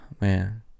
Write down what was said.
man